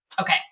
Okay